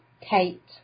Kate